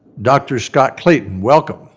dr. scott-clayton, welcome.